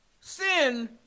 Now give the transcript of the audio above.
sin